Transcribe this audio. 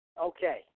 Okay